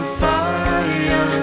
fire